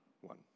One